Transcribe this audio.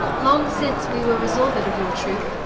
long since we were resolued of your truth,